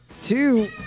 two